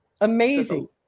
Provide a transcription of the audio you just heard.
Amazing